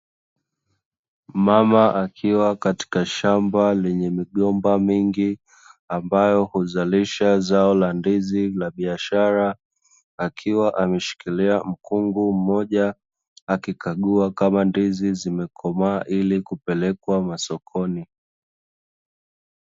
Mama akiwa katika shamba lenye migomba mingi, amabayo huzalisha zao la ndizi la biashara akiwa ameshikilia mkungu mmoja, akikagua kama ndizi zimekomaa ili kupelekwa masokoni.